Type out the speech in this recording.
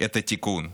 את התיקון.